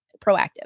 proactive